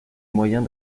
moyens